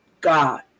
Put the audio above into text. God